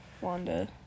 Wanda